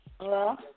Hello